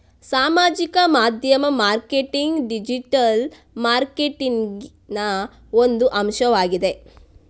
ಸಾಮಾಜಿಕ ಮಾಧ್ಯಮ marketing digital ಮಾರ್ಕೆಟಿಂಗಿನ ಒಂದು ಅಂಶವಾಗಿದೆ